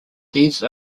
these